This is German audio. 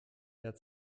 der